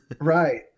Right